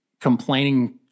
complaining